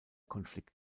konflikt